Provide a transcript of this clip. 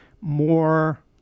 more